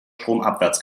stromabwärts